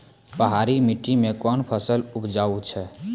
पहाड़ी मिट्टी मैं कौन फसल उपजाऊ छ?